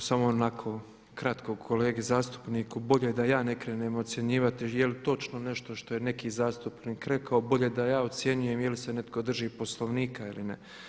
Hvala i evo samo onako kratko kolegi zastupniku, bolje da ja ne krenem ocjenjivati je li točno nešto što je neki zastupnik rekao, bolje da ja ocjenjujem je li se netko drži Poslovnika ili ne.